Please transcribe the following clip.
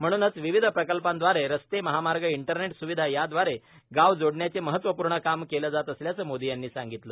म्हणूनच विविध प्रकल्पांद्वारे रस्ते महामार्ग इंटरनेट स्विधा यांदवारे गावं जोडण्याचं महत्त्वपूर्ण काम केलं जात असल्याचं मोदी यांनी सांगितलं